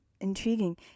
intriguing